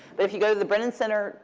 but if you go to the brennan center,